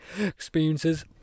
experiences